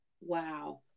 Wow